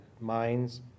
minds